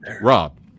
Rob